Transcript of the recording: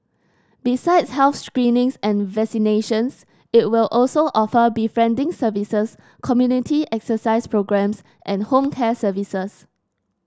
besides health screenings and vaccinations it will also offer befriending services community exercise programmes and home care services